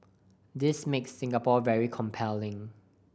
this makes Singapore very compelling